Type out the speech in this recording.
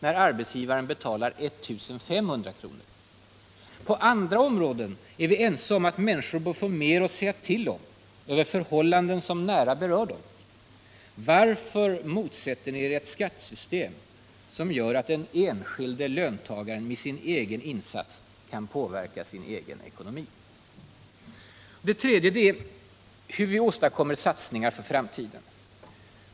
när arbetsgivaren betalar 1 500 kr.? På andra områden är vi ense om att människor bör få mera att säga till om när det gäller förhållanden som nära berör dem. Varför motsätter ni er ett skattesystem som gör att den enskilde löntagaren med sin egen insats kan påverka sin ekonomi? Den tredje frågan är hur vi åstadkommer satsningar för framtiden.